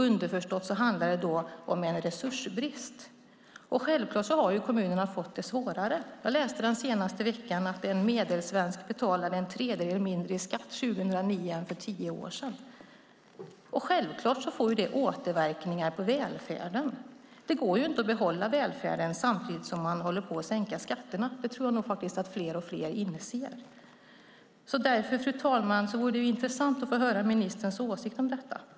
Underförstått handlar det om en resursbrist. Självfallet har kommunerna fått det svårare. Jag läste i veckan att en medelsvensk betalade en tredjedel mindre i skatt år 2009 än för tio år sedan. Givetvis får det återverkningar på välfärden. Det går inte att behålla välfärden samtidigt som man sänker skatterna. Det tror jag att fler och fler inser. Därför, fru talman, vore det intressant att höra ministerns åsikt om detta.